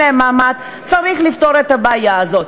להם מעמד צריך לפתור את הבעיה הזאת.